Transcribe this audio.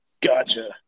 Gotcha